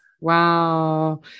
wow